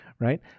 right